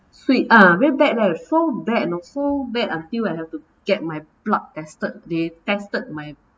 sweet ah very bad leh so bad and so bad until I have to get my blood tested they tested my